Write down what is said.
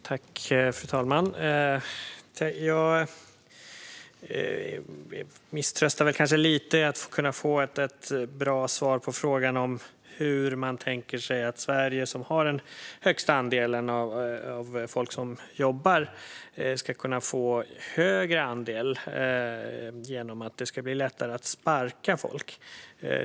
Fru talman! Jag misströstar kanske lite när det gäller att kunna få ett bra svar på frågan om hur man tänker sig att Sverige, som har den högsta andelen av folk som jobbar, ska kunna få en högre andel genom att det ska bli lättare att sparka folk.